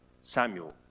Samuel